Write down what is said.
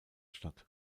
statt